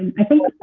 i think